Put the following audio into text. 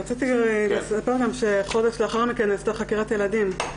רציתי לספר גם שחודש לאחר מכן נעשתה חקירת ילדים.